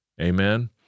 Amen